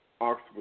oxford